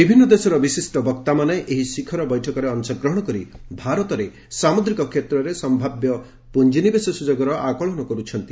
ବିଭିନ୍ନ ଦେଶର ବିଶିଷ୍ଟ ବକ୍ତାମାନେ ଏହି ଶିଖର ବୈଠକରେ ଅଶଗ୍ରହଣ କରି ଭାରତରେ ସାମୁଦ୍ରିକ କ୍ଷେତ୍ରରେ ସମ୍ଭାବ୍ୟ ପୁଞ୍ଜିନିବେଶ ସୁଯୋଗର ଆକଳନ କରୁଛନ୍ତି